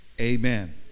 amen